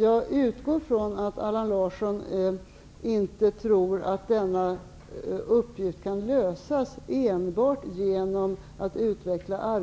Jag utgår från att Allan Larsson inte tror att denna uppgift kan utföras enbart genom drivande av